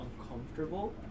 uncomfortable